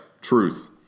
Truth